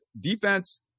defense